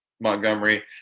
Montgomery